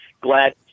glad